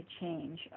change